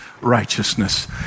righteousness